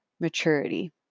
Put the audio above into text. maturity